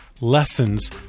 lessons